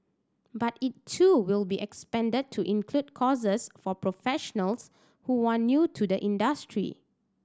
but it too will be expanded to include courses for professionals who are new to the industry